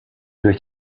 durch